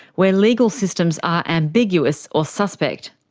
where legal systems are ambiguous or suspect.